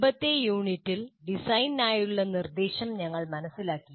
മുമ്പത്തെ യൂണിറ്റിൽ ഡിസൈനിനായുള്ള നിർദ്ദേശം ഞങ്ങൾ മനസ്സിലാക്കി